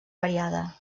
variada